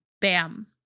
bam